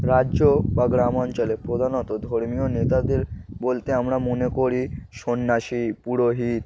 রাজ্য বা গ্রামাঞ্চলে প্রধানত ধর্মীয় নেতাদের বলতে আমরা মনে করি সন্ন্যাসী পুরোহিত